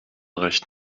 recht